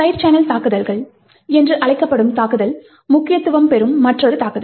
side channel தாக்குதல்கள் என்று அழைக்கப்படும் தாக்குதல் முக்கியத்துவம் பெறும் மற்றொரு தாக்குதல்